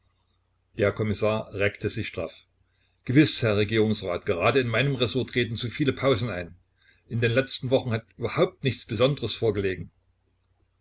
der kommissar reckte sich straff gewiß herr regierungsrat gerade in meinem ressort treten zu viele pausen ein in den letzten wochen hat überhaupt nichts besonderes vorgelegen